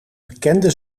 bekende